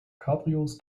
cabrios